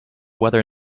weather